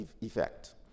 effect